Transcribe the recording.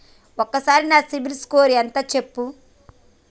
ఒక్కసారి నా సిబిల్ స్కోర్ ఎంత చెప్పు?